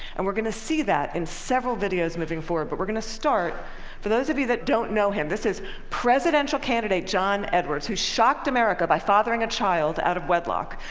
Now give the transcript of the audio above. and we're going to see that in several videos moving forward, but we're going to start for those of you who don't know him, this is presidential candidate john edwards who shocked america by fathering a child out of wedlock.